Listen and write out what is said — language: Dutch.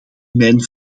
mijn